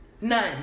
none